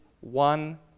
one